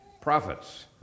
prophets